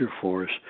force